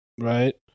Right